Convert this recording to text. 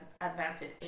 advantage